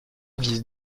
vise